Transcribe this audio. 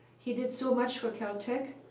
he did so much for caltech.